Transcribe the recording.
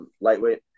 lightweight